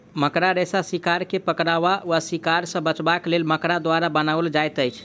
मकड़ा रेशा शिकार के पकड़बा वा शिकार सॅ बचबाक लेल मकड़ा द्वारा बनाओल जाइत अछि